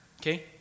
okay